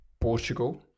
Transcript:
Portugal